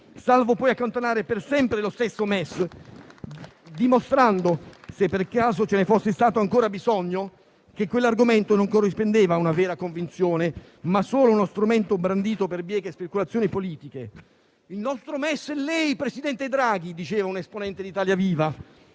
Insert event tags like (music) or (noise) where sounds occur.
salvo poi accantonare per sempre lo stesso MES dimostrando, se per caso ce ne fosse stato ancora bisogno, che quell'argomento non corrispondeva a una vera convinzione, ma era solo uno strumento brandito per bieche speculazioni politiche. (applause) Il nostro MES è lei, presidente Draghi: questo diceva un esponente di Italia